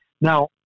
Now